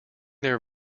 their